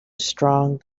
strong